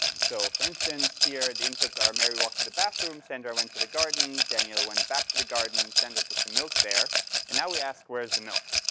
so for instance, here the inputs are mary walked to the bathroom, sandra went to the garden, daniel went back to the garden. sandra took the milk there and now we ask where is the milk.